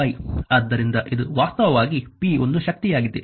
ಆದ್ದರಿಂದ ಇದು ವಾಸ್ತವವಾಗಿ p ಒಂದು ಶಕ್ತಿಯಾಗಿದೆ